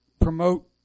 Promote